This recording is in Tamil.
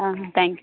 ah thank you